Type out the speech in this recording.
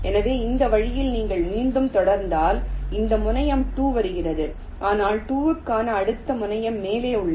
எனவே இந்த வழியில் நீங்கள் மீண்டும் தொடர்ந்தால் இந்த முனையம் 2 வருகிறது ஆனால் 2 க்கான அடுத்த முனையம் மேலே உள்ளது